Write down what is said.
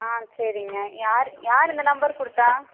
ஆ சரிங்க யார் யார் இந்த நம்பர் கொடுத்தா